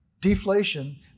deflation